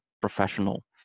professional